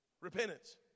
Repentance